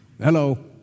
Hello